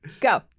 go